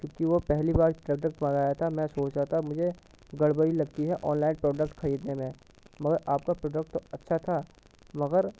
کیونکہ وہ پہلی بار پروڈکٹ منگایا تھا میں سوچا تھا مجھے گڑبڑی لگتی ہے آن لائن پروڈکٹ خریدنے میں مگر آپ کا پروڈکٹ تو اچھا تھا مگر